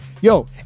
Yo